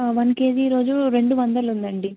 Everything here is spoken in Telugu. వన్ కేజీ ఈరోజు రెండు వందలు ఉందండి